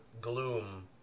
gloom